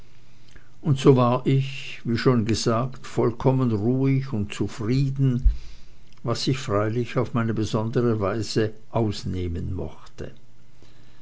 und so war ich wie schon gesagt vollkommen ruhig und zufrieden was sich freilich auf meine besondere weise ausnehmen mochte